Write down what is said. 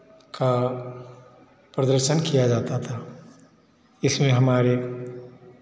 का प्रदर्शन किया जाता था इसमें हमारे